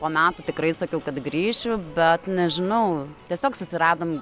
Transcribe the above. po metų tikrai sakiau kad grįšiu bet nežinau tiesiog susiradom